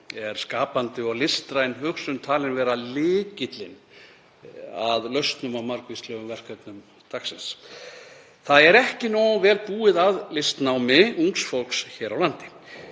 er skapandi og listræn hugsun talin vera lykillinn að lausnum á margvíslegum verkefnum dagsins. Það er ekki nógu vel búið að listnámi ungs fólks hér á landi.